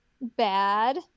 bad